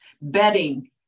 bedding